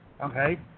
okay